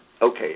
Okay